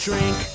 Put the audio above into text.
Drink